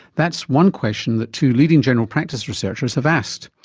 that's one question that two leading general practice researchers have asked.